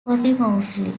posthumously